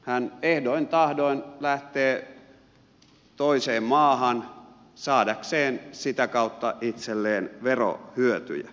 hän ehdoin tahdoin lähtee toiseen maahan saadakseen sitä kautta itselleen verohyötyjä